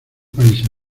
países